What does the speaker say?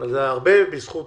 זה הרבה בזכות